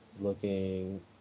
looking